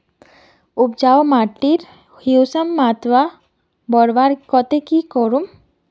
उपजाऊ माटिर ह्यूमस मात्रा बढ़वार केते की करूम?